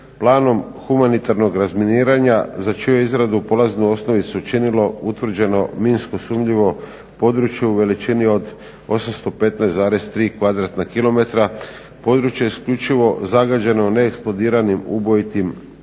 Planom humanitarnog razminiranja za čiju je izradu polaznu osnovicu činilo utvrđeno minski sumnjivo područje u veličini od 815,3 kvadratna kilometra, područje isključivo zagađeno neeksplodiranim ubojitim